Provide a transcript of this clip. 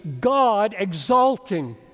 God-exalting